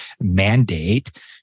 mandate